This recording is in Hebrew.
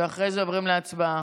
ואחרי זה עוברים להצבעה.